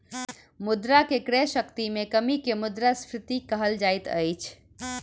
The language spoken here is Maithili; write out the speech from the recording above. मुद्रा के क्रय शक्ति में कमी के मुद्रास्फीति कहल जाइत अछि